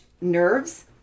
nerves